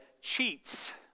cheats